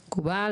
מקובל,